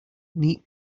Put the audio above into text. neat